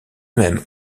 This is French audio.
même